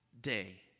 day